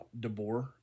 DeBoer